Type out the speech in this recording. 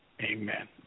amen